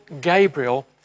Gabriel